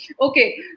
Okay